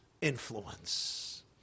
influence